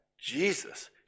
Jesus